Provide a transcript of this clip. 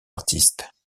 artistes